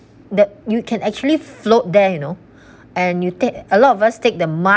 the you can actually float there you know and you take a lot of us take the mud